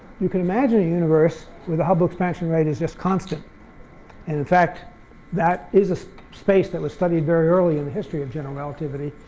you can imagine a universe where the hubble expansion rate is just constant, and in fact that is a space that was studied very early in the history of general relativity.